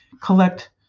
collect